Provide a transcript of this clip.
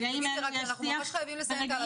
אנחנו ממש חייבים לסיים טל,